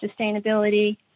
sustainability